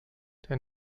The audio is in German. der